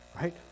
right